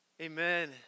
Amen